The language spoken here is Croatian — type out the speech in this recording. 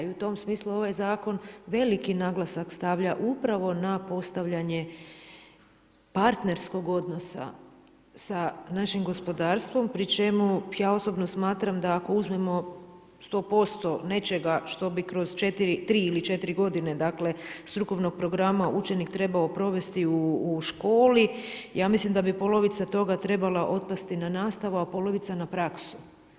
I u tom smislu ovaj zakon veliki naglasak stavlja upravo na postavljanje partnerskog odnosa sa našim gospodarstvom pri čemu ja osobno smatram da ako uzmemo sto posto nečega što bi kroz četiri, tri ili četiri godine, dakle strukovnog programa učenik trebao provesti u školi, ja mislim da bi polovica toga trebala otpasti na nastavu, a polovica na praksu.